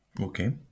Okay